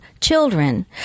children